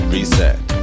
Reset